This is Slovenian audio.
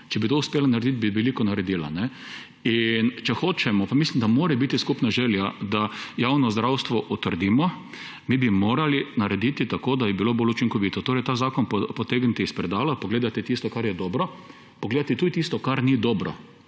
Če bi to uspela narediti, bi veliko naredila. Če hočemo, pa mislim, da mora biti skupna želja, da javno zdravstvo utrdimo, mi bi morali narediti tako, da bi bilo bolj učinkovito. Torej ta zakon potegniti iz predala, pogledati tisto, kar je dobro, pogledati tudi tisto, kar ni dobro,